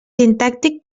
sintàctic